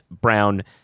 Brown